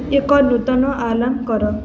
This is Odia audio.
ଏକ ନୂତନ ଆଲାର୍ମ କର